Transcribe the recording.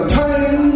time